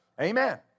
Amen